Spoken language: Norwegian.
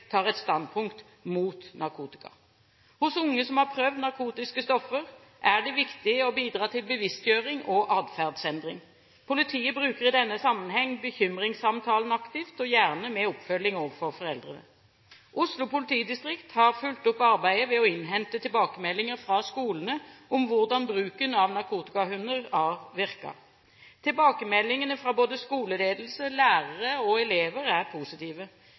tar et standpunkt mot narkotika. Hos unge som har prøvd narkotiske stoffer, er det viktig å bidra til bevisstgjøring og atferdsendring. Politiet bruker i denne sammenheng bekymringssamtalen aktivt, gjerne med oppfølging overfor foreldrene. Oslo politidistrikt har fulgt opp arbeidet ved å innhente tilbakemeldinger fra skolene om hvordan bruken av narkotikahunder har virket. Tilbakemeldingene fra både skoleledelse, lærere og elever er positive.